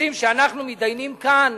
הנושאים שאנחנו מתדיינים כאן.